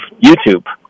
YouTube